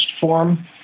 form